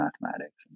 mathematics